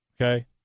Okay